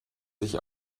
sich